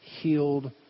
healed